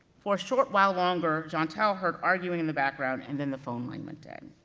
for a short while longer, jeantel heard arguing in the background, and then the phone line went dead.